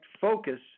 focus